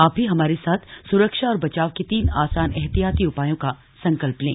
आप भी हमारे साथ स्रक्षा और बचाव के तीन आसान एहतियाती उपायों का संकल्प लें